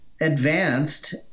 advanced